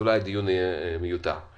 אולי הדיון יהיה מיותר.